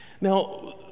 now